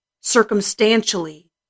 circumstantially